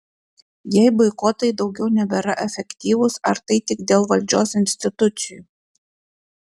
jei boikotai daugiau nebėra efektyvūs ar tai tik dėl valdžios institucijų